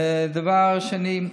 דבר שני,